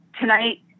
tonight